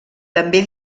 també